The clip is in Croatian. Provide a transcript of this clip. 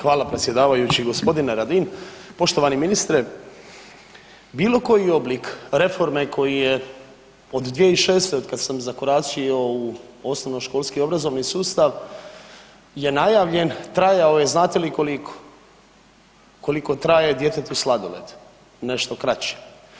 Hvala predsjedavajući, gospodine Radin, poštovani ministre bilo koji oblik reforme koji je od 2006. od kad sam zakoračio u osnovnoškolski obrazovni sustav je najavljen, trajao je znate li koliko, koliko traje djetetu sladoled, nešto kraće.